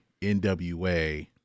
NWA